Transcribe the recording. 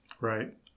Right